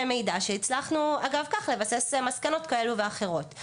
מידע שהצלחנו אגב כך לבסס מסקנות כאלו ואחרות.